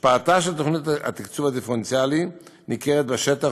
השפעתה של תוכנית התקצוב הדיפרנציאלי ניכרת בשטח,